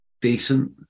decent